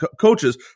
coaches